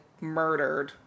murdered